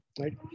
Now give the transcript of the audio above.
right